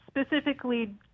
specifically